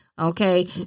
Okay